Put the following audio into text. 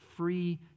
free